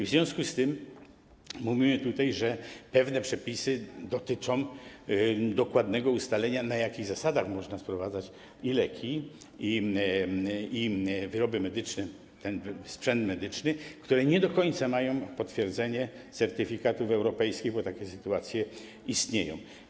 W związku z tym mówimy tutaj, że pewne przepisy dotyczą dokładnego ustalenia, na jakich zasadach można sprowadzać leki, wyroby medyczne, sprzęt medyczny, które nie do końca są potwierdzone, nie mają certyfikatów europejskich, bo takie sytuacje mają miejsce.